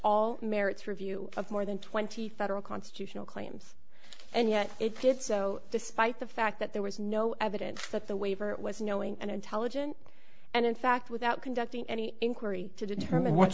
all merits review of more than twenty federal constitutional claims and yet it did so despite the fact that there was no evidence that the waiver was knowing and intelligent and in fact without conducting any inquiry to determine what